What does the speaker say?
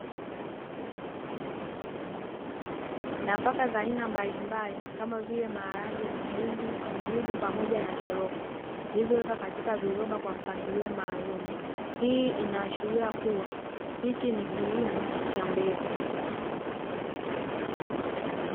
Nafaka za aina mbalimbali kama vile maharage mahindi njugu pamoja na choroko zilizowekwa katika viroba kwa mpangilio maalum hii inaashiria kuwa hichi ni kilimo cha mbegu